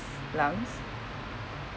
lungs